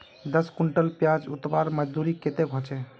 दस कुंटल प्याज उतरवार मजदूरी कतेक होचए?